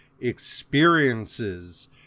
experiences